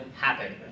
happen